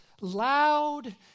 loud